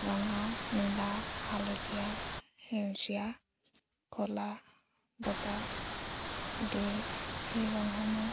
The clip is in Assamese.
ৰঙা নীলা হালধীয়া সেউজীয়া ক'লা বগা আদি সেই ৰংসমূহ